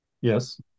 Yes